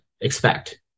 expect